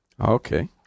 Okay